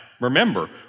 remember